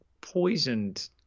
poisoned